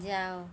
ଯାଅ